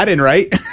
right